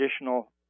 additional